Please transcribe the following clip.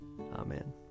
Amen